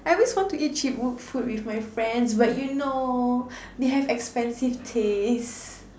I always want to eat cheap food with my friends but you know they have expensive taste